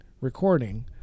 recording